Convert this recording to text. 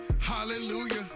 Hallelujah